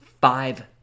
five